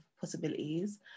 possibilities